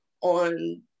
on